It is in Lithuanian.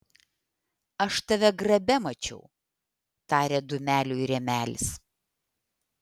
aš tave grabe mačiau tarė dūmeliui rėmelis